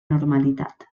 normalitat